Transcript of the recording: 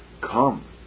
Come